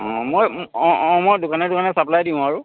অ' মই অ' অ' মই দোকানে দোকানে ছাপ্লাই দিওঁ আৰু